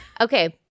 okay